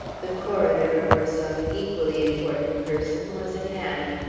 the coroner, or some equally important person, was at hand,